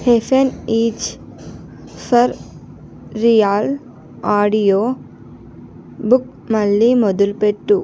haven is for real audio book మళ్ళీ మొదలుపెట్టు